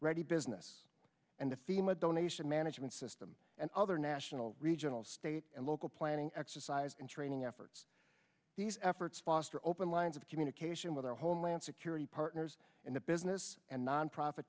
ready business and the fema donation management system and other national regional state and local planning exercise and training efforts these efforts foster open lines of communication with our homeland security partners in the business and nonprofit